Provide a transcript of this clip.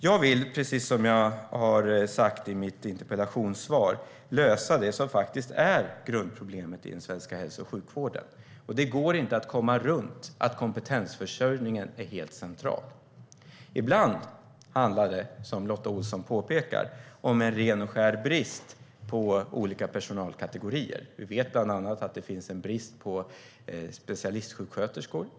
Jag vill, precis som jag har sagt i mitt interpellationssvar, lösa det som faktiskt är grundproblemet i den svenska hälso och sjukvården. Det går inte att komma runt att kompetensförsörjningen är helt central. Ibland handlar det, som Lotta Olsson påpekar, om en ren och skär brist på olika personalkategorier. Vi vet bland annat att det finns en brist på specialistsjuksköterskor.